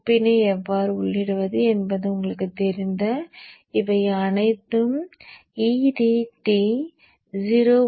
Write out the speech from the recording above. கோப்பினை எவ்வாறு உள்ளிடுவது என்பது உங்களுக்குத் தெரிந்த இவை அனைத்தும் edt01